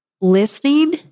listening